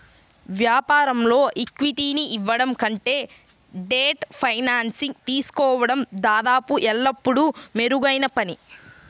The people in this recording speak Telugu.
వ్యాపారంలో ఈక్విటీని ఇవ్వడం కంటే డెట్ ఫైనాన్సింగ్ తీసుకోవడం దాదాపు ఎల్లప్పుడూ మెరుగైన పని